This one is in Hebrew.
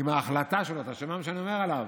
עם ההחלטה שלו, אתה שומע מה שאני אומר עליו?